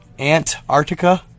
Ant-Arctica